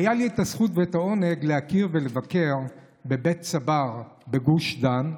היו לי הזכות והעונג להכיר ולבקר בבית צבר בגוש דן,